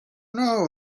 know